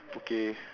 okay